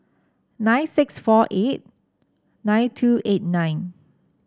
nine six four eight nine two eight nine